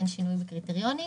אין שינוי בקריטריונים,